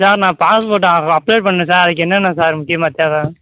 sir நான் passport apply பண்ணணும் sir அதுக்கு என்னென்ன சார் முக்கியமாக தேவை